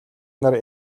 нар